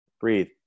breathe